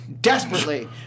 Desperately